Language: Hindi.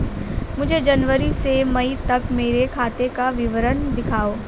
मुझे जनवरी से मई तक मेरे खाते का विवरण दिखाओ?